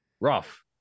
rough